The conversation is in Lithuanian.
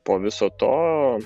po viso to